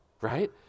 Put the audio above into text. right